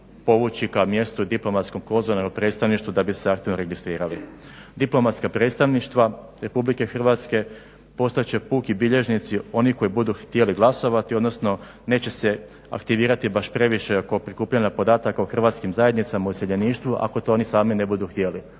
povući ka mjestu diplomatsko-konzularnog predstavništva da bi se aktivno registrirali. Diplomatska predstavništva RH postat će puki bilježnici oni koji budu htjeli glasovati odnosno neće se aktivirati baš previše oko prikupljanja podataka u hrvatskim zajednicama u iseljeništvu ako to oni sami ne budu htjeli.